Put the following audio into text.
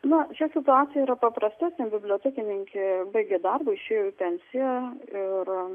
na čia situacija yra paprastesnė bibliotekininkė baigė darbą išėjo į pensiją ir